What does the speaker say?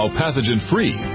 pathogen-free